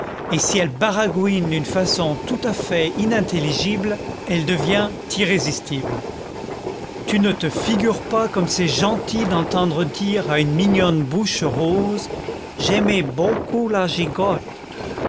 et si elle baragouine d'une façon tout à fait inintelligible elle devient irrésistible tu ne te figures pas comme c'est gentil d'entendre dire à une mignonne bouche rose j'aimé bôcoup la gigotte